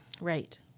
Right